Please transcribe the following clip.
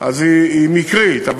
היא מקרית.